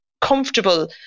comfortable